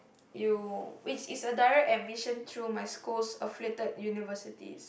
you which is a direct admission through my school's affiliated university